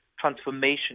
transformation